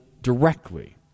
directly